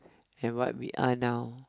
and what we are now